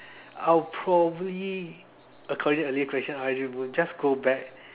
I'll probably according to earlier question I would just go back